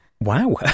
Wow